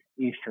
Eastern